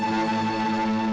and